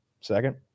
Second